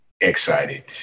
excited